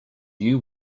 you